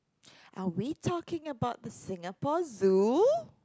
are we talking about the Singapore Zoo